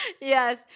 Yes